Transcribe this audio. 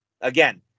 again